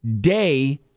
day